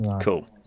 Cool